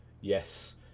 yes